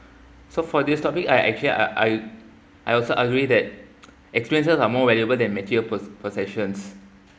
so for this topic I actually uh I I also agree that experiences are more valuable than material pos~ possessions